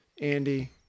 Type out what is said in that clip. Andy